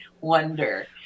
wonder